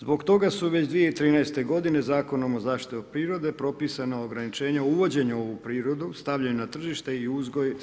Zbog toga su već 2013. godine Zakonom o zaštiti prirode propisana ograničenja uvođenja u prirodu, stavljanju na tržište i uzgoj